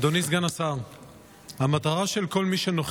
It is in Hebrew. אדוני היושב-ראש, תודה רבה.